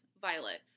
Violet